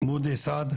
ראדי בבקשה.